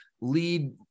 lead